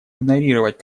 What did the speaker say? игнорировать